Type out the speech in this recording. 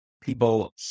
people